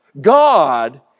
God